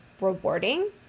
rewarding